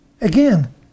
Again